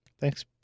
Thanks